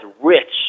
rich